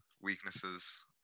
weaknesses